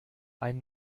ein